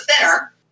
thinner